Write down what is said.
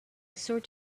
sort